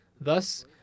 Thus